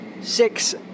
six